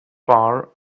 bar